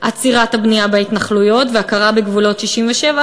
עצירת הבנייה בהתנחלויות והכרה בגבולות 67',